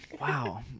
Wow